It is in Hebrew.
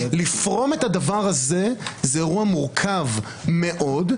לפרום את הדבר הזה זה אירוע מורכב מאוד,